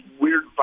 weird